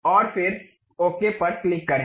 और फिर ओके पर क्लिक करें